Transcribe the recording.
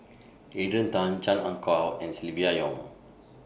Adrian Tan Chan Ah Kow and Silvia Yong